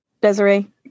Desiree